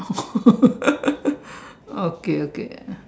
okay okay